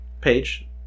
page